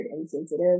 insensitive